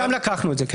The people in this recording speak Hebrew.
משם לקחנו את זה.